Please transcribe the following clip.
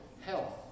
health